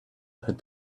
had